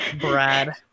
Brad